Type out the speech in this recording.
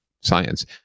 science